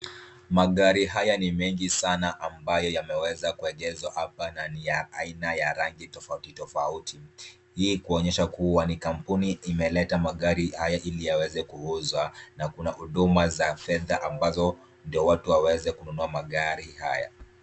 Magari haya ni mengi sana ambayo yameweza kuegeshwa hapa na ni ya aina ya rangi tofauti tofauti. Hii kuonyesha kuwa ni kampuni imeleta magari haya ili yaweze kuuzwa na kuna huduma za fedha ambazo ndio watu waweze kununua magari haya.